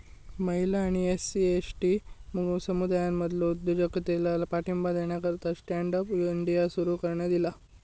महिला आणि SC, ST समुदायांमधलो उद्योजकतेला पाठिंबा देण्याकरता स्टँड अप इंडिया सुरू करण्यात ईला